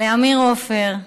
לעמיר עופר,